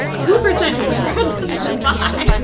two percent preferred the buy.